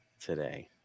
today